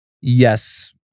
yes